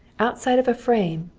outside of a frame,